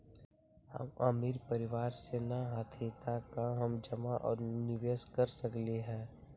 हम अमीर परिवार से न हती त का हम जमा और निवेस कर सकली ह?